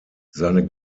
seine